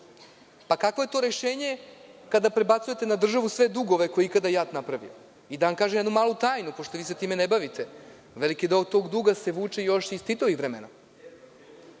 Kakvo je to rešenje kada prebacujete na državu sve dugove koje je ikad JAT napravio? Da vam kažem jednu malu tajnu, pošto se vi time ne bavite, veliki deo tog duga se vuče još iz Titovih